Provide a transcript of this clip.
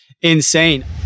insane